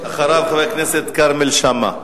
אחריו, חבר הכנסת כרמל שאמה.